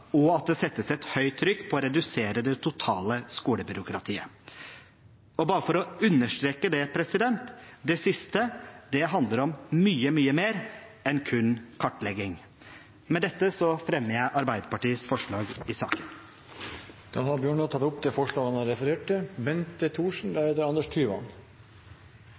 og at det settes et høyt trykk på å redusere det totale skolebyråkratiet. Og bare for å understreke det: Det siste handler om mye, mye mer enn kun kartlegging. Med dette fremmer jeg Arbeiderpartiets forslag i saken. Representanten Christian Tynning Bjørnø har tatt opp det forslaget han refererte til.